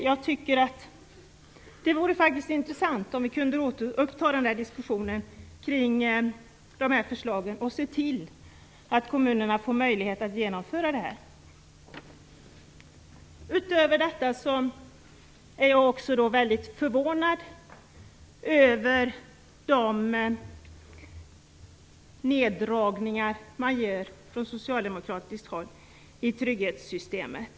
Jag tycker att det vore intressant om vi kunde återuppta diskussionen kring de här förslagen och se till att kommunerna får möjlighet att genomföra detta. Utöver detta är jag väldigt förvånad över de neddragningar man gör från socialdemokratiskt håll i trygghetssystemet.